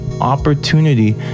opportunity